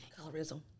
Colorism